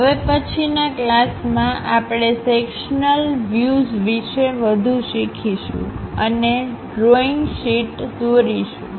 હવે પછીના ક્લાસ માં આપણે સેક્શનલ વ્યુઝવિશે વધુ શીખીશું અને ડ્રોઇંગ શીટ દોરીશુ